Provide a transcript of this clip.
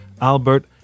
Albert